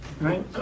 right